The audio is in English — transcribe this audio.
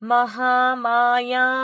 Mahamaya